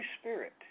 Spirit